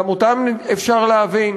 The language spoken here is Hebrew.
וגם אותם אפשר להבין.